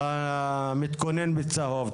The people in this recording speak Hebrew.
אתה מתכונן בצהוב,